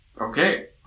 okay